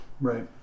right